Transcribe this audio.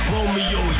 Romeo